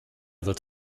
wird